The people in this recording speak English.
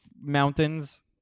mountains